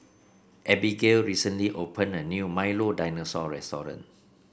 Abigail recently open a new Milo Dinosaur Restaurant